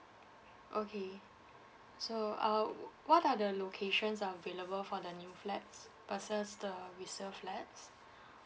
okay so uh w~ what are the locations that are available for the new flats versus the resale flats